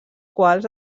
quals